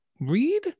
read